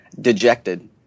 dejected